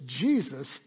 Jesus